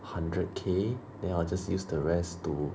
hundred K then I'll just use the rest to